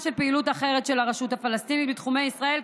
של פעילות אחרת של הרשות הפלסטינית בתחומי ישראל,